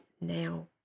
now